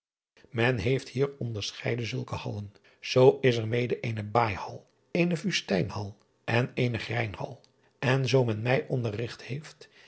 en heeft hier onderscheiden zulke hallen oo is er mede eene aaihal eene usteinhal en eene reinhal en zoo men mij onderrigt heeft